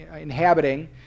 inhabiting